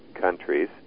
countries